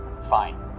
fine